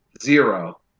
zero